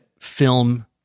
film